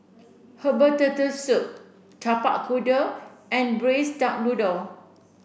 herbal turtle soup Tapak Kuda and braised duck noodle